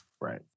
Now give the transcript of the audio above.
Right